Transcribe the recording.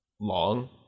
long